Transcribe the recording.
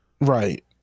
Right